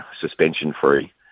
suspension-free